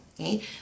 Okay